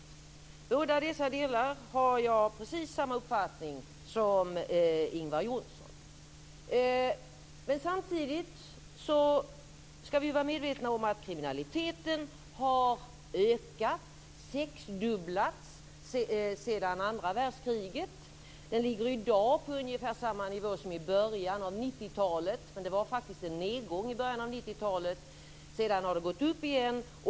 I båda dessa delar har jag precis samma uppfattning som Men samtidigt ska vi vara medvetna om att kriminaliteten har ökat. Den har sexdubblats sedan andra världskriget. Den ligger i dag på ungefär samma nivå som i början av 90-talet, men det var faktiskt en nedgång i början av 90-talet. Sedan har den gått upp igen.